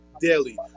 daily